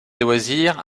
loisirs